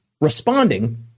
responding